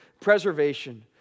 preservation